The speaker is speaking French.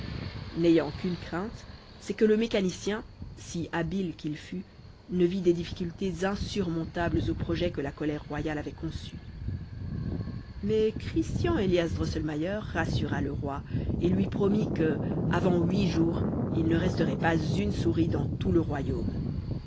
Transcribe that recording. n'ayant qu'une crainte c'est que le mécanicien si habile qu'il fût ne vît des difficultés insurmontables au projet que la colère royale avait conçu mais christian élias drosselmayer rassura le roi et lui promit que avant huit jours il ne resterait pas une souris dans tout le royaume